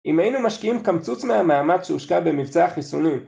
אם היינו משקיעים כמצוץ מהמאמץ שהושקע במבצע החיסונים